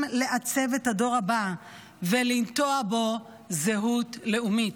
לעצב את הדור הבא ולנטוע בו זהות לאומית.